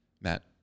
Matt